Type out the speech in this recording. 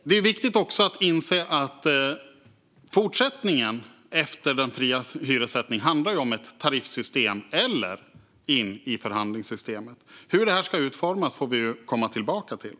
Det är också viktigt att inse att fortsättningen efter den fria hyressättningen handlar om ett tariffsystem eller hur man ska komma in i förhandlingssystemet. Hur det ska utformas får vi komma tillbaka till.